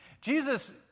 Jesus